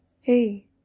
Hey